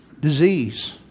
disease